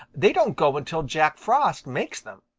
they don't go until jack frost makes them.